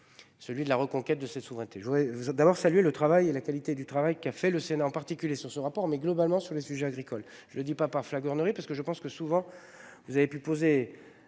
Celui de la reconquête de cette souveraineté. Je voudrais vous êtes d'abord saluer le travail et la qualité du travail qui a fait le Sénat en particulier sur ce rapport mais globalement sur les sujets agricoles. Je ne dis pas par flagornerie, parce que je pense que souvent vous avez pu poser